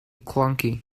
clunky